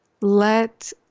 Let